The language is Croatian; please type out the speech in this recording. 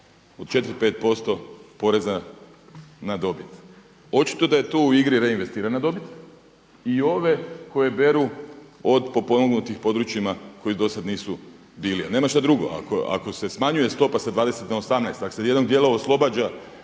od 4, 5% poreza na dobit. Očito da je tu u igri reinvestirana dobit i ove koje beru od potpomognutih područjima koji do sada nisu bili, nema što drugo. Ako se smanjuje stopa sa 20 na 18, ako se jednog dijela oslobađa